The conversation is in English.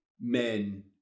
men